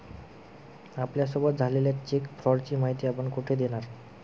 आपल्यासोबत झालेल्या चेक फ्रॉडची माहिती आपण कुठे देणार?